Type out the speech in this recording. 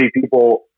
people